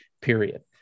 period